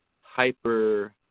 hyper